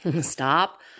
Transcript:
Stop